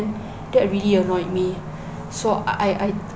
that really annoyed me so I I